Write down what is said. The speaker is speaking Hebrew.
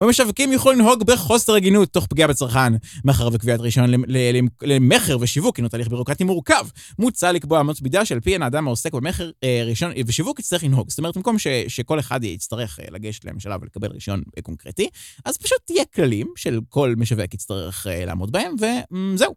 ומשווקים יוכלו לנהוג בחוסר הגינות, תוך פגיעה בצרכן, מאחר וקביעת רשיון ל.. ל.. למכר ושיווק, אם התהליך בירוקטי מורכב, מוצע לקבוע אמות מידה שלפיהן האדם העוסק במכר אה.. רשיון ואה.. שיווק, יצטרך לנהוג. זאת אומרת, במקום שכל אחד יצטרך לגשת לממשלה ולקבל רשיון קונקרטי, אז פשוט תהיה כללים של כל משווק יצטרך לעמוד בהם, וממ.. זהו.